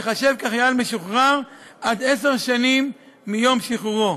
הוא ייחשב חייל משוחרר עד עשר שנים מיום שחרורו,